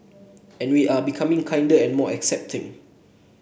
and we are becoming kinder and more accepting